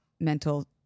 mental